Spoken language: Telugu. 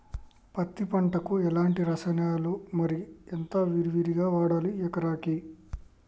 పత్తి పంటకు ఎలాంటి రసాయనాలు మరి ఎంత విరివిగా వాడాలి ఎకరాకి?